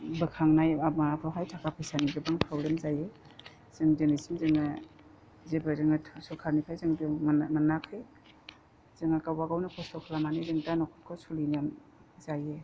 बोखांनाय माबाखौहाय थाखा फैसानि गोबां प्रब्लेम जायो जों दिनैसिम जोङो जेबो सरखारनिफ्राय जेबो मोनाखै जोङो गावबा गावनो खस्थ' खालामनानै जों दा न'खरखौ सोलिना जायो